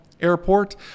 Airport